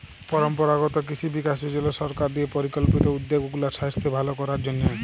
পরম্পরাগত কিসি বিকাস যজলা সরকার দিঁয়ে পরিকল্পিত উদ্যগ উগলার সাইস্থ্য ভাল করার জ্যনহে